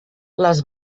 les